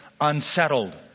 unsettled